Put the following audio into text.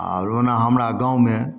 आर ओना हमरा गाँवमे